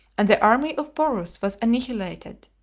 and the army of porus was annihilated,